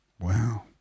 Wow